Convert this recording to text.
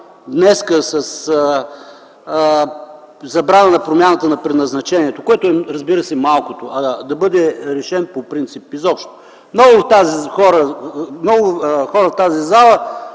днес - със забрана на промяната на предназначението, което е, разбира се, малко, а да бъде решен по принцип, изобщо. Много хора в тази зала